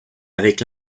avec